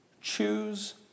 Choose